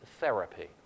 therapy